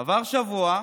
עבר שבוע,